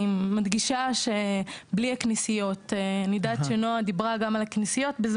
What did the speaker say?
אני יודעת שנועה דיברה בזמנו גם על כנסיות,